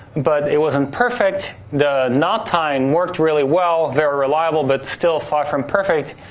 but it wasn't perfect the knot tying worked really well, very reliable, but still far from perfect.